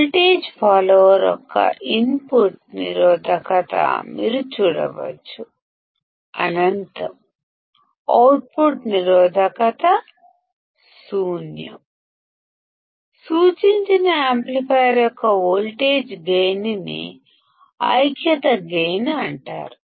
voltage follower యొక్క input నిరోధకత అనంతం అవుట్పుట్ నిరోధకత శూన్యం మీరు చూడవచ్చు సూచించిన యాంప్లిఫైయర్ యొక్క వోల్టేజ్ గైన్ ని యూనిటీ గైన్ అంటారు